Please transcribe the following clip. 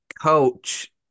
coach